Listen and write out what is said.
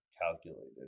calculated